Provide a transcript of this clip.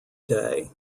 day